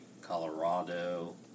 Colorado